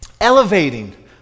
elevating